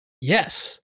Yes